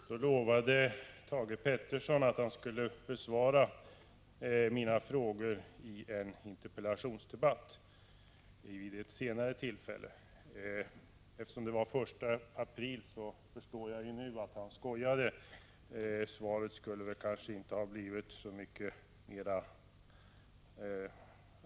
Då lovade Thage Peterson att han skulle besvara mina frågor i en interpellationsdebatt vid ett senare tillfälle. Eftersom det var den 1 april skojade han tydligen. Det förstår jag nu. Men ett svar från industriministern skulle kanske inte ha skilt sig särskilt mycket från detta.